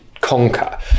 conquer